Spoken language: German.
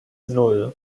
nan